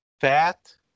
fat